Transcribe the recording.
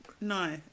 No